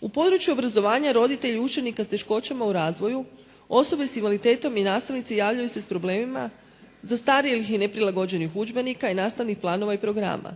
U području obrazovanja roditelji učenika s teškoćama u razvoju, osobe s invaliditetom i nastavnici javljaju se s problemima zastarjelih i neprilagođenih udžbenika i nastavnih planova i programa.